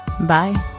Bye